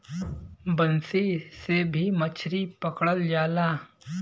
बंसी से भी मछरी पकड़ल जाला